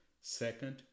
Second